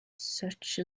such